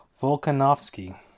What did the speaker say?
Volkanovsky